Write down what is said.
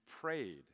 prayed